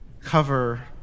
cover